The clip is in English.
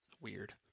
Weird